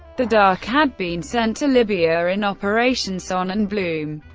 the dak had been sent to libya in operation sonnenblume,